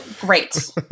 Great